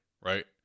right